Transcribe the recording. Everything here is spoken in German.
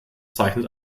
zeichnet